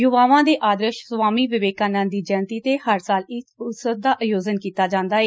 ਯੁਵਾਵਾਂ ਦੇ ਆਦਰਸ਼ ਸਵਾਮੀ ਵਿਵੇਕਾਨੰਦ ਦੀ ਜੈਅੰਤੀ ਤੇ ਹਰ ਸਾਲ ਇਸ ਉਤਸਵ ਦਾ ਆਯੋਜਨ ਕੀਤਾ ਜਾਂਦਾ ਏ